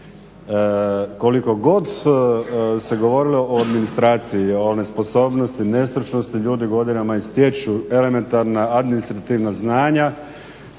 Koliko god se govorilo o administraciji, o nesposobnosti, nestručnosti, ljudi godinama i stječu elementarna administrativna znanja,